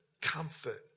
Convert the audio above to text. Comfort